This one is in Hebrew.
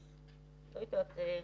אז לא יודעת,